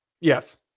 Yes